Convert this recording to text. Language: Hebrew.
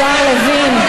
השר לוין,